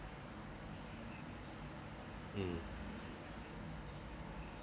mm